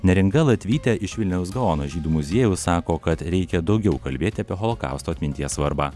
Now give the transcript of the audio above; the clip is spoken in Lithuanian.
neringa latvytė iš vilniaus gaono žydų muziejaus sako kad reikia daugiau kalbėti apie holokausto atminties svarbą